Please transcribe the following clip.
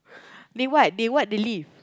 they what they what the lift